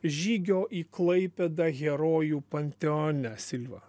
žygio į klaipėdą herojų panteone silva